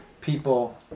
people